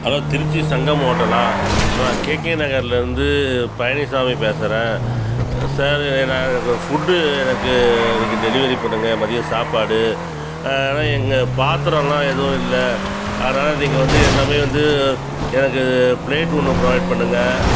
hello Trichy Sangam ஹோட்டலா நான் KK நகர்லருந்து பழனிச்சாமி பேசுகிறேன் சார் எனக்கு ஃபுட் எனக்கு எனக்கு டெலிவரி பண்ணுங்கள் மதிய சாப்பாடு ஆனால் எங்கள் பாத்திரம்லாம் எதுவும் இல்லை அதனால நீங்கள் வந்து எல்லாமே வந்து எனக்கு பிளேட் ஒன்று ப்ரொவைட் பண்ணுங்கள்